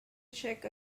check